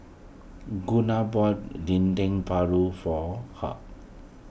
Gunnar bought Dendeng Paru for Herb